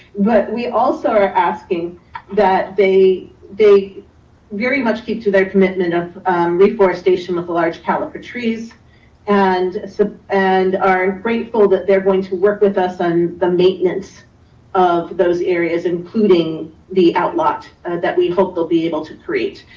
but we also are asking that they they very much keep to their commitment of reforestation with the large caliper trees and so and are grateful that they're going to work with us on the maintenance of those areas, including the outlet that we hope they'll be able to create,